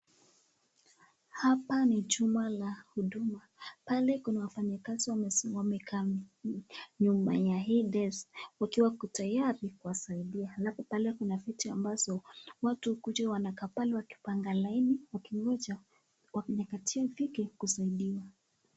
Hapa ni jumba la huduma pale kuna wafanya kazi wamesimama kando nyumba ya hii desk wakiwa wako tayari kuwasaidia alafu pale kuna viti ambazo watu ukuja wanakaa pale wakipanga laini wakingoja kusaidiwa.